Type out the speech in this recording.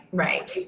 right.